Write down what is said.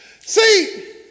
See